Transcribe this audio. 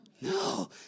No